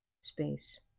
space